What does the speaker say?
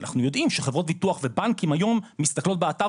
אנחנו יודעים שחברות ביטוח ובנקים היום מסתכלות באתר